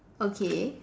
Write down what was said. okay